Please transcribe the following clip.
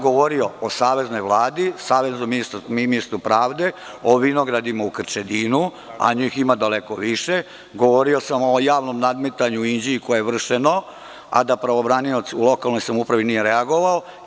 Govorio sam o Saveznoj vladi, saveznom ministru pravde, o vinogradima u Krčedinu, a njih ima daleko više, govorio sam o javnom nadmetanju u Inđiji koje je vršeno, a da pravobranilac u lokalnoj samoupravi nije reagova.